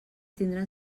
tindran